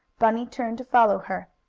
bunny turned to follow her.